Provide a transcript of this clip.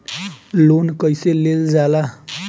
Loan कईसे लेल जाला?